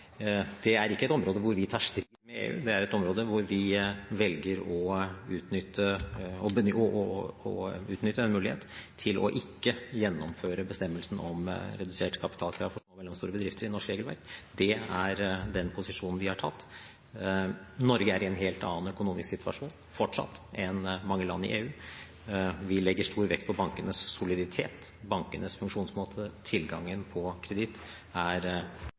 Det er ikke et område hvor vi tar strid med EU. Det er et område hvor vi velger å utnytte en mulighet til ikke å gjennomføre bestemmelsen om redusert kapitalkrav for små og mellomstore bedrifter i norsk regelverk. Det er den posisjonen vi har tatt. Norge er i en helt annen økonomisk situasjon fortsatt enn mange land i EU. Vi legger stor vekt på bankenes soliditet, bankenes funksjonsmåte. Tilgangen på kreditt er